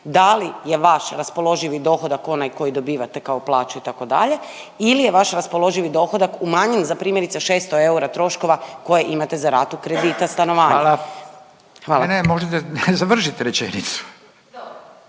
da li je vaš raspoloživi dohodak onaj koji dobivate kao plaću itd. ili je vaš raspoloživi dohodak umanjen za primjerice 600 eura troškova koje imate za ratu kredita stanovanja. **Radin, Furio (Nezavisni)**